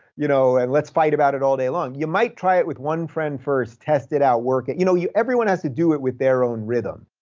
you know and let's fight about it all day long. you might try it with one friend first, test it out, work it. you know everyone has to do it with their own rhythm.